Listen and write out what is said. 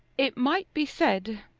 it might be said,